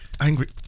angry